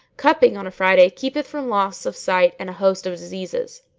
cupping on a friday keepeth from loss of sight and a host of diseases